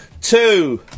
two